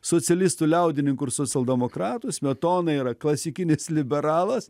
socialistų liaudininkų ir socialdemokratų smetona yra klasikinis liberalas